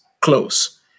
close